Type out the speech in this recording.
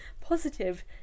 positive